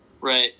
Right